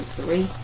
three